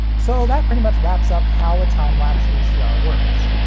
so, that pretty much wraps up how a time-lapse vcr works.